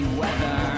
weather